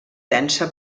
densa